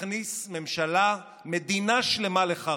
שהכניס מדינה שלמה לחרדה: